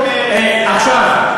עכשיו,